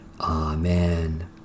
Amen